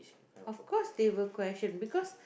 of course they will question because